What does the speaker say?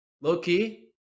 Low-key